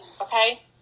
Okay